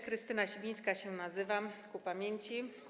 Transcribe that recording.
Krystyna Sibińska się nazywam, ku pamięci.